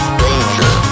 danger